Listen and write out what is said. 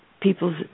people's